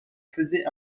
faisait